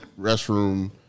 restroom